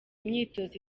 imyitozo